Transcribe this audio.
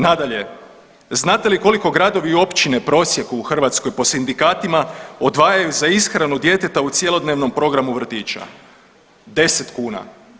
Nadalje, znate li koliko gradovi i općine u prosjeku u Hrvatskoj po sindikatima odvajaju za ishranu djeteta u cjelokupnom programu vrtića, 10 kuna.